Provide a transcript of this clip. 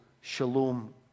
shalom